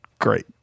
Great